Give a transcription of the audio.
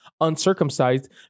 uncircumcised